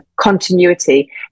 continuity